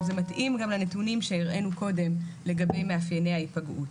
זה מתאים גם לנתונים שהראינו קודם לגבי מאפייני ההיפגעות.